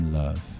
love